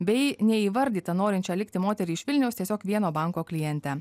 bei neįvardyta norinčia likti moterį iš vilniaus tiesiog vieno banko kliente